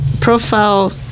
profile